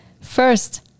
First